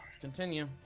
Continue